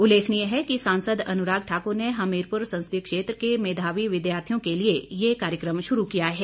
उल्लेखनीय है कि सांसद अनुराग ठाकुर ने हमीरपुर संसदीय क्षेत्र के मेधावी विद्यार्थियों के लिए यह कार्यक्रम शुरू किया है